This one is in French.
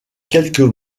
quelques